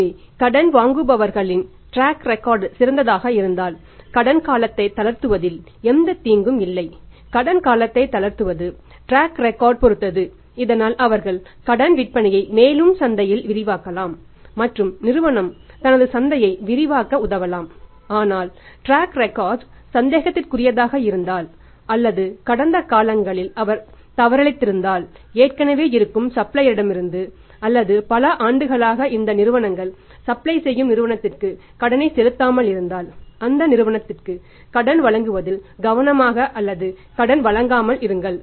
எனவே கடன் வாங்குபவர்களின் ட்ராக் ரெக்கார்ட் சந்தேகத்திற்குரியதாக இருந்தால் அல்லது கடந்த காலங்களில் அவர் தவறிழைத்திருந்தால் ஏற்கனவே இருக்கும் சப்ளையர்களிடமிருந்து அல்லது பல ஆண்டுகளாக இந்த நிறுவனங்கள் சப்ளை செய்யும் நிறுவனத்திற்கு கடனை செலுத்தாமல் இருந்தால் அந்த நிறுவனத்திற்கு கடன் வழங்குவதில் கவனமாக அல்லது கடன் வழங்காமல் இருங்கள்